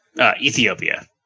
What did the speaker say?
Ethiopia